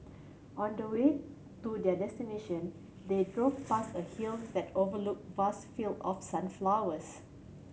on the way to their destination they drove past a hill that overlooked vast field of sunflowers